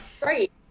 Great